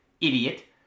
idiot